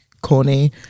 corny